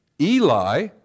Eli